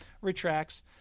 retracts